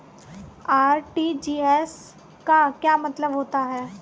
RTGS का क्या मतलब होता है?